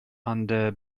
under